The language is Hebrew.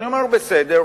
אני אומר: בסדר,